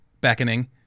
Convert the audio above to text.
beckoning